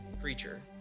creature